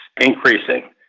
increasing